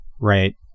right